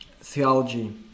theology